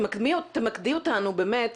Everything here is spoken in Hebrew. תמקדי אותנו באמת.